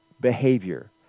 behavior